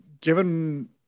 given